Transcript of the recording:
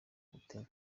mutima